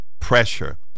pressure